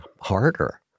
harder